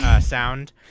sound